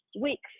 weeks